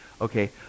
Okay